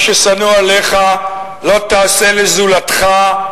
מה ששנוא עליך לא תעשה לזולתך.